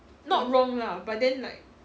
not wrong lah but then like